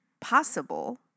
possible